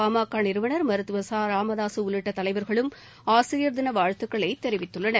பாமக நிறுவனர் மருத்துவர் ச ராமதாசு உள்ளிட்ட தலைவர்களும் ஆசிரியர் தின வாழ்த்துக்களை தெரிவித்துள்ளனர்